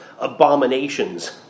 abominations